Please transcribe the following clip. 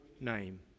name